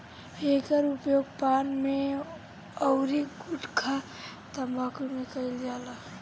एकर उपयोग पान में अउरी गुठका तम्बाकू में कईल जाला